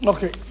Okay